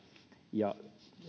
ja